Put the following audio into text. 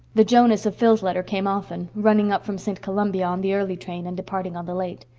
the jonas of phil's letter came often, running up from st. columbia on the early train and departing on the late.